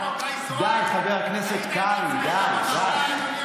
די, חבר הכנסת קרעי, די, די.